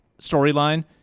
storyline